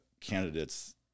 candidates